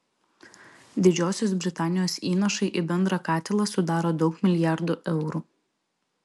didžiosios britanijos įnašai į bendrą katilą sudaro daug milijardų eurų